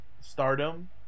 stardom